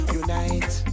unite